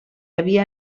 havia